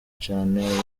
cane